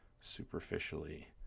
superficially